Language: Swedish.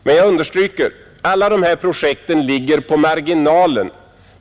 Men jag understryker: alla dessa projekt ligger i marginalen.